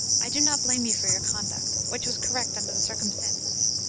i do not blame you for your conduct, which was correct under the circumstances.